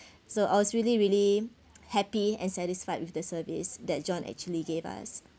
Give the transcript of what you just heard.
so I was really really happy and satisfied with the service that john actually gave us